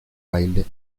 baile